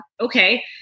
okay